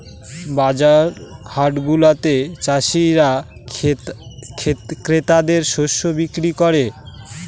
বাজার হাটগুলাতে চাষীরা ক্রেতাদের শস্য বিক্রি করে